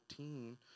14